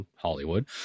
Hollywood